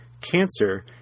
cancer